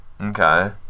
Okay